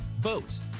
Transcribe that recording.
boats